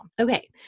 Okay